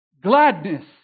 gladness